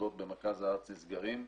השדות במרכז הארץ נסגרים,